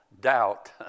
doubt